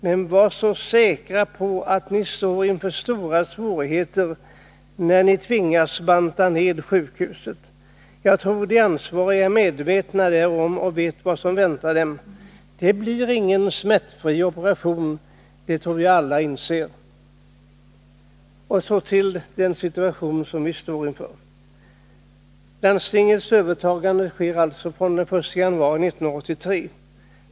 Men var säkra på att ni står inför stora svårigheter, när ni tvingas banta ned sjukhuset. Jag tror att de ansvariga är medvetna därom och vet vad som väntar dem. Det blir ingen smärtfri operation — det tror jag alla inser. Så till den situation som vi står inför. Landstingets övertagande sker alltså från den 1 januari 1983.